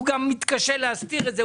היא גם מתקשה להסתיר את זה.